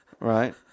right